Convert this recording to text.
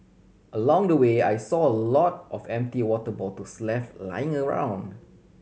along the way I saw a lot of empty water bottles left lying around